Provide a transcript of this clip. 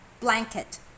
blanket